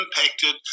impacted